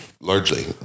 largely